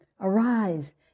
Arise